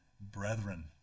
Brethren